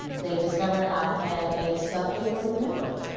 they discovered i had a subaortic membrane